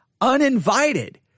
uninvited